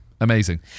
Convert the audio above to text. Amazing